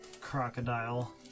crocodile